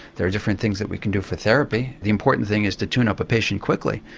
there are different things that we can do for therapy. the important thing is to tune up a patient quickly,